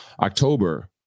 October